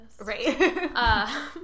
Right